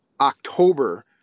October